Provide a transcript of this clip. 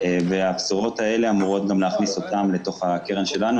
הבשורות האלה אמורות להכניס גם אותם אל תוך הקרן שלנו.